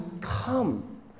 come